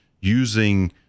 using